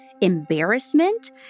embarrassment